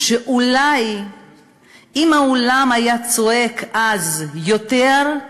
שאולי אם העולם היה צועק אז יותר,